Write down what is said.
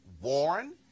Warren